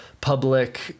public